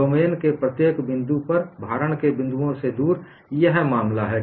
domain के प्रत्येक बिंदु पर भारण के बिंदुओं से दूर यह मामला है